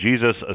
Jesus